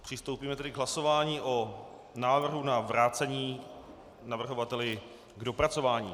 Přistoupíme k hlasování o návrhu na vrácení navrhovateli k dopracování.